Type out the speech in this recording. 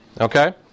Okay